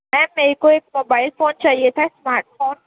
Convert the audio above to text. میم میرے کو ایک موبائل فون چاہیے تھا اسمارٹ فون